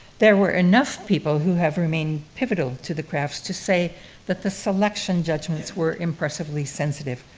there were enough people who have remained pivotal to the crafts to say that the selection judgements were impressively sensitive.